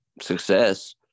success